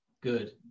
good